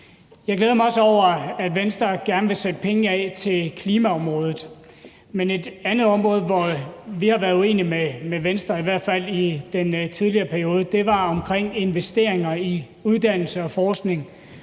Jeg glæder mig også over, at Venstre gerne vil sætte penge af til klimaområdet. Men et andet område, hvor vi har været uenige med Venstre i hvert fald i den tidligere periode, var investeringer i uddannelse og forskning,